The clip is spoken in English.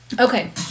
okay